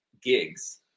gigs